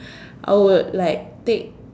I would like take